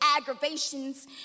aggravations